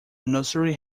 nursery